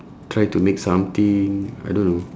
try to make something I don't know